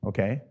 Okay